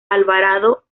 alvarado